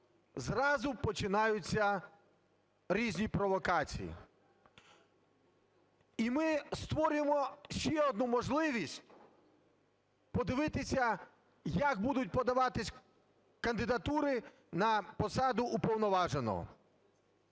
зразу починаються різні провокації, і ми створюємо ще одну можливість подивитися, як будуть подаватись кандидатури на посаду уповноваженого.